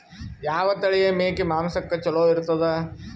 ಯಾವ ತಳಿಯ ಮೇಕಿ ಮಾಂಸಕ್ಕ ಚಲೋ ಇರ್ತದ?